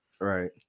right